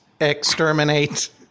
exterminate